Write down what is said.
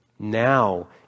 Now